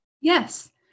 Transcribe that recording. Yes